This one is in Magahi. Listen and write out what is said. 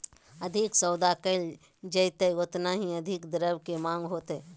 अधिक सौदा कइल जयतय ओतना ही अधिक द्रव्य के माँग होतय